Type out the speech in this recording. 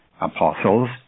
apostles